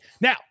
Now